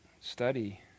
study